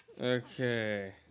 Okay